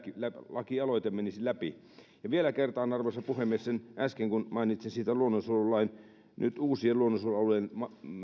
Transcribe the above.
lakialoite menisi läpi vielä kertaan sen arvoisa puhemies kun äsken mainitsin siitä luonnonsuojelulaista ja nyt uusien luonnonsuojelualueiden